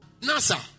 NASA